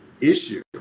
issue